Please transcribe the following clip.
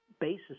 basis